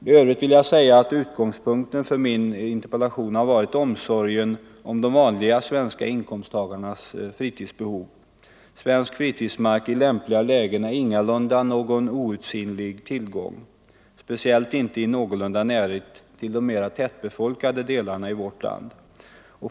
I övrigt vill jag säga att utgångspunkten för min interpellation har varit omsorgen om de vanliga svenska inkomsttagarnas fritidsbehov. Svensk fritidsmark i lämpliga lägen är ingalunda någon outsinlig tillgång. Speciellt inte i någorlunda närhet till de mera tättbefolkade delarna i vårt land.